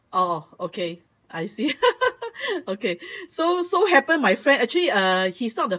oh okay I see okay so so happened my friend actually uh he's not the